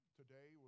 today